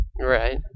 Right